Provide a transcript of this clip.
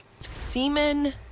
Semen